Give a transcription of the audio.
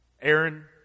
Aaron